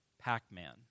Pac-Man